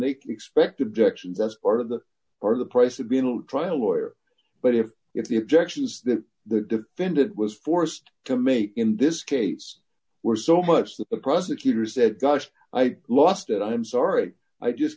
they expected objections as part of that part of the price would be no trial lawyer but if if the objections that the defendant was forced to make in this case were so much that the prosecutor said gosh i lost it i'm sorry i just